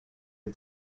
est